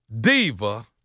Diva